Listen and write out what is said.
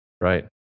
Right